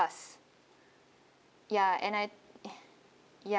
us ya and I ya